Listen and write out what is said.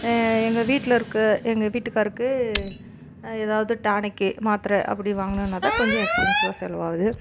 எங்கள் வீட்டில இருக்க எங்கள் வீட்டுக்காருக்கு எதாவது டானிக்கு மாத்திரை அப்படி வாங்கணுன்னா தான் கொஞ்சம் எக்ஸ்பென்சிவாக செலவு ஆகுது